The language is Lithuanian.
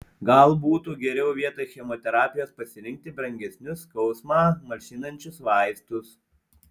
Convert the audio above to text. gal būtų geriau vietoj chemoterapijos pasirinkti brangesnius skausmą malšinančius vaistus